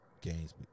games